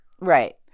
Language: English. Right